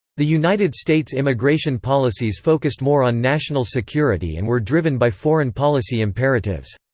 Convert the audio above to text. the united states immigration policies focused more on national security and were driven by foreign policy imperatives.